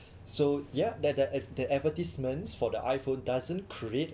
so ya that that the advertisements for the iPhone doesn't create